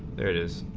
there is